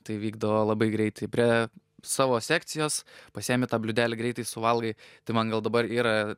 tai vykdavo labai greitai prie savo sekcijos pasiemi tą bliūdelį greitai suvalgai tai man gal dabar yra